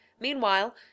Meanwhile—